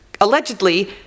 allegedly